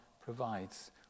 provides